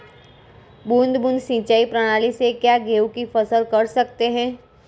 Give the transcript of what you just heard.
बूंद बूंद सिंचाई प्रणाली से क्या गेहूँ की फसल कर सकते हैं?